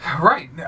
Right